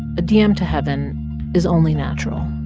a dm to heaven is only natural